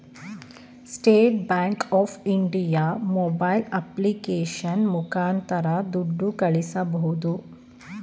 state bank of India mobile application ಮುಖಾಂತರ ದುಡ್ಡು ಕಳಿಸಬೋದು